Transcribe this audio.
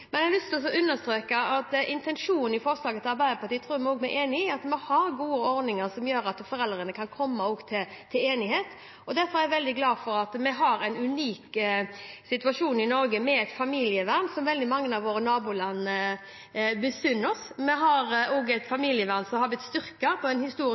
Jeg har lyst til å understreke at når det gjelder intensjonen i forslaget fra Arbeiderpartiet, tror jeg vi er enig i at vi har gode ordninger, som gjør at foreldrene kan komme til enighet. Derfor er jeg veldig glad for at vi har en unik situasjon i Norge, med et familievern som veldig mange av våre naboland misunner oss. Vi har et familievern som gjennom en